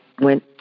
went